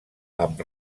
amb